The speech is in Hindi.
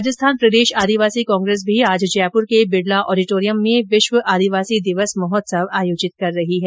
राजस्थान प्रदेश आदिवासी कांग्रेस भी आज जयपुर के बिरला ऑडिटोरियम में विश्व आदिवासी दिवस महोत्सव आयोजित कर रही है